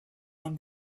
from